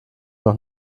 noch